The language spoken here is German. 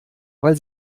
weil